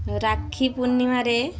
ରାକ୍ଷୀ ପୂର୍ଣ୍ଣିମାରେ